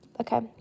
okay